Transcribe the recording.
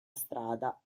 strada